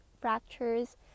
fractures